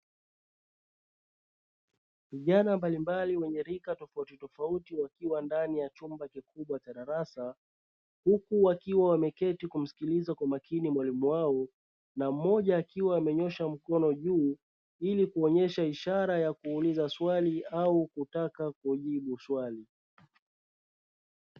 Vijana mbalimbali wenye rika tofautitofauti wakiwa ndani ya chumba kikubwa cha darasa, huku wakiwa wameketi kumsikiliza kwa makini mwalimu wao na mmoja akiwa amenyoosha mkono juu, ili kuonyesha ishara ya kuuliza swali au kutaka kujibu swali.